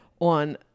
on